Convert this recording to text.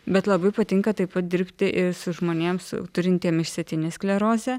bet labai patinka taip pat dirbti ir žmonėms turintiem išsėtinę sklerozę